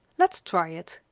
let's try it.